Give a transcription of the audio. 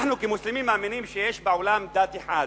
אנחנו, כמוסלמים, מאמינים שיש בעולם דת אחת,